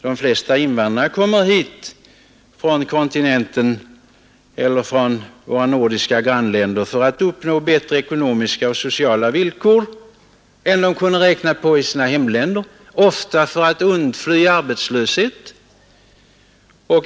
De flesta invandrare kommer hit från kontinenten eller från våra nordiska grannländer för att uppnå bättre ekonomiska och sociala villkor än de kunde räkna på i sina hemländer, ofta för att undfly arbetslöshet.